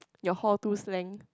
your hor too slang